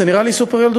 זה נראה לי סופר-ילדותי.